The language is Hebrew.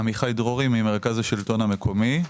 אני עמיחי דרורי ממרכז השלטון המקומי,